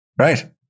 Right